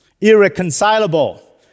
irreconcilable